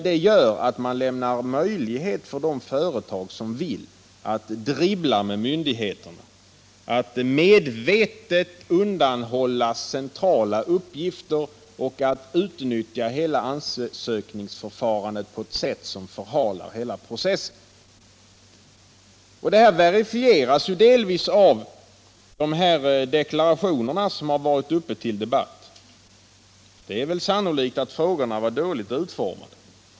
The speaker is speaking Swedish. Det medför att man gör det möjligt för de företag som vill att dribbla med myndigheterna och medvetet undanhålla centrala uppgifter samt att utnyttja ansökningsförfarandet på ett sätt som förhalar hela processen. Detta verifieras delvis av de deklarationer som har varit uppe till debatt. Frågorna har sannolikt varit dåligt utformade.